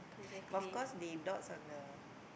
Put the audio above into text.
but of course they dotes on the